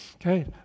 Okay